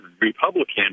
Republican